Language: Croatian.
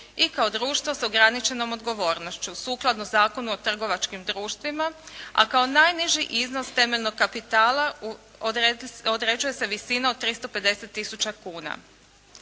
i kao društvo sa ograničenom odgovornošću sukladno Zakonu o trgovačkim društvima. A kao najniži iznos temeljnog kapitala određuje se visina od 350 tisuća kuna.